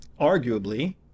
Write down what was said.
arguably